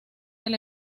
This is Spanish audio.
del